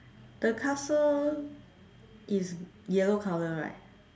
the castle is yellow colour right